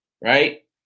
right